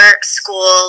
school